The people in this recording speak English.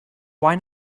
why